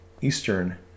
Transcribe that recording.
Eastern